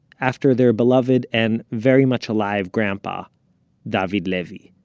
after their beloved, and very much alive, grandpa david levy.